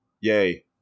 yay